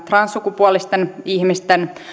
transsukupuolisten ihmisten